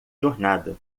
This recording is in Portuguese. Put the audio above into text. jornada